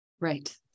Right